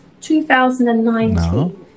2019